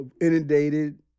inundated